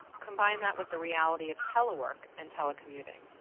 combine that with the reality of telework and telecommuting.